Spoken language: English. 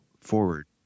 forward